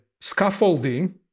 scaffolding